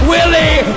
Willie